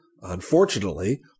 Unfortunately